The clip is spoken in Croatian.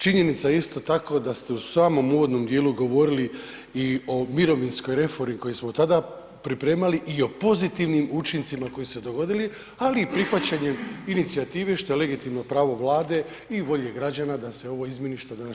Činjenica je isto tako da ste u samom uvodnom dijelu govorili i o mirovinskoj reformi koju smo tada pripremali i o pozitivnim učincima koji su se dogodili, ali i prihvaćanjem inicijative što je legitimno pravo Vlade i volje građana da se ovo izmjeni što danas činimo.